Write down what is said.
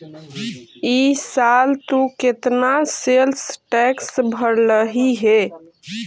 ई साल तु केतना सेल्स टैक्स भरलहिं हे